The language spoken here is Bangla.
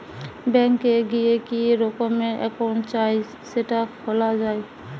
ব্যাঙ্ক এ গিয়ে কি রকমের একাউন্ট চাই সেটা খোলা যায়